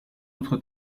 autre